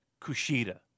Kushida